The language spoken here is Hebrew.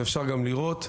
אפשר גם לראות,